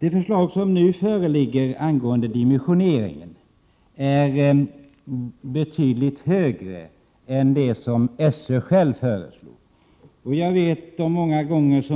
Den dimensionering som nu föreslås är betydligt högre än den SÖ föreslog. När